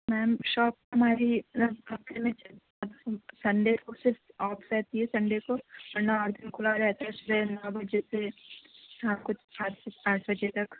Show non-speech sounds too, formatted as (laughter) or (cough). میم shop ہماری مطلب اکیلے (unintelligible) سنڈے کو صرف آف رہتی ہے سنڈے کو ورنہ اور دِن کُھلا رہتا ہے اِس لیے اب جیسے شام کو چار سے پانچ بجے تک